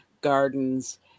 gardens